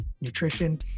nutrition